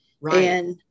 Right